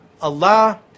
Allah